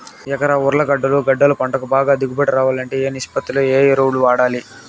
ఎకరా ఉర్లగడ్డలు గడ్డలు పంటకు బాగా దిగుబడి రావాలంటే ఏ ఏ నిష్పత్తిలో ఏ ఎరువులు వాడాలి?